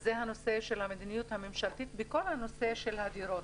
זה הנושא של המדיניות הממשלתית בכל הנושא של הדירות.